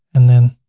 and then